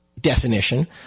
definition